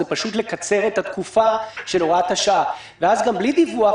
פשוט לקצר את התקופה של הוראת השעה ואז גם בלי דיווח,